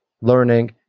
learning